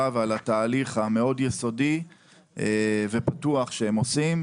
ועל התהליך המאוד יסודי ופתוח שהוא עושה.